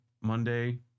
Monday